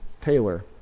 Taylor